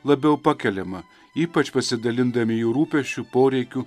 labiau pakeliamą ypač pasidalindami jų rūpesčių poreikių